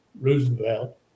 Roosevelt